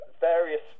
various